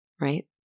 right